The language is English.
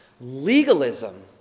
Legalism